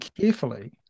carefully